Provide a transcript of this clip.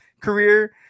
career